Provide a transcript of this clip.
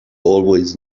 always